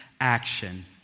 action